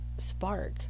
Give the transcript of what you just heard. spark